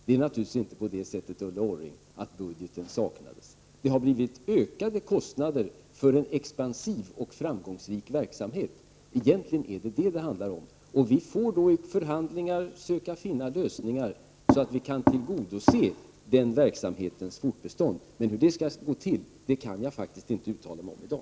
Det är naturligtvis inte på det sättet, Ulla Orring, att det saknas en budget. Det har i stället blivit ökade kostnader för en expansiv och framgångsrik verksamhet. Egentligen är det detta det handlar om. Vi får vid förhandlingar söka finna lösningar, så att vi kan säkra verksamhetens fortbestånd. Hur det skall gå till, kan jag faktiskt inte uttala mig om i dag.